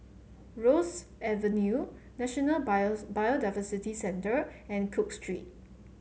Rosyth Avenue National Biodiversity Centre and Cook Street